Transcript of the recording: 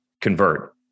convert